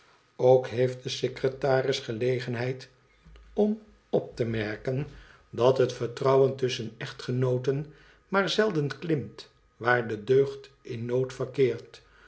ook heeft de secretaris gelegenheid om op te merken dat het vertrouwen tusschen echtgenooten maar zelden klimt waar de deugd in nood verkeert